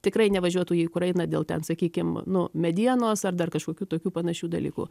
tikrai nevažiuotų į ukrainą dėl ten sakykim nu medienos ar dar kažkokių tokių panašių dalykų